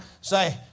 say